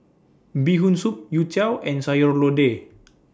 Bee Hoon Soup Youtiao and Sayur Lodeh